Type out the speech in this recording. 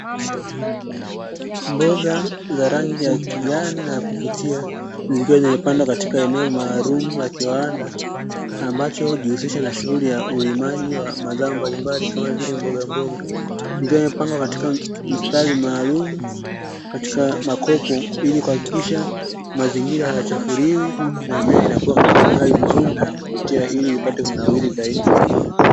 Mboga za rangi ya kijani na ya kuvuti, zikiwa zimepandwa katika eneo maalumu la kiwanda ambacho hujihusisha na shughuli ya ulimaji wa mazao mbalimbali kama vile mbogamboga, ikiwa imepangwa katika mstari maalumu katika makopo ili kuhakikisha mazingira hayachafuliwi na mimea inakua katika hali nzuri na ya kuvutia ili ipate kunawiri zaidi.